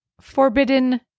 forbidden